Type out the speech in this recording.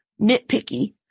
nitpicky